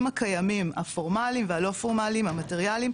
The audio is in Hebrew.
הקיימים הפורמליים והלא פורמליים המטריאליים,